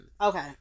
Okay